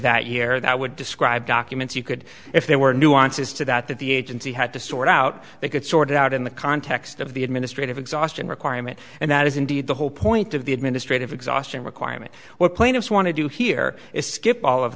that here that would describe documents you could if they were nuances to that the agency had to sort out they could sort out in the context of the administrative exhaustion requirement and that is indeed the whole point of the administrative exhaustion requirement what plaintiffs want to do here is skip all of